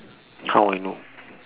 how I know